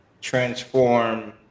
transform